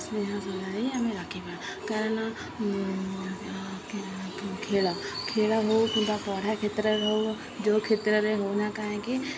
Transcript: ଅସୁବିଧାସମୟରେ ଆମେ ରଖିବା କାରଣ ଖେଳ ଖେଳ ହଉ କିମ୍ବା ପଢ଼ା କ୍ଷେତ୍ରରେ ହଉ ଯେଉଁ କ୍ଷେତ୍ରରେ ହଉ ନା କାହିଁକି